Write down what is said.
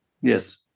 Yes